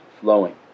flowing